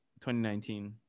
2019